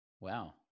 Wow